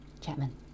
Chapman